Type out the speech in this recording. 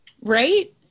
Right